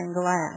glass